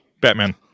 Batman